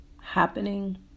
happening